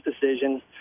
decision